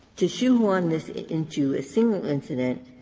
to shoehorn this into a single incident,